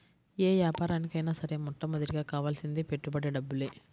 యే యాపారానికైనా సరే మొట్టమొదటగా కావాల్సింది పెట్టుబడి డబ్బులే